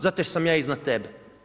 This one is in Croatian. Zato jer sam ja iznad tebe.